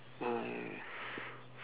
uh